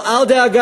אבל אל דאגה,